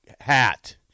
Hat